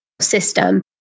system